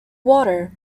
water